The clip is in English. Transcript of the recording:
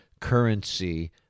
currency